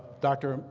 dr.